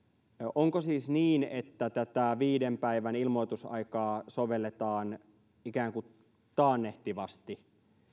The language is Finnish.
onko siis niin että tätä viiden päivän ilmoitusaikaa sovelletaan ikään kuin taannehtivasti